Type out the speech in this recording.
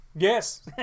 Yes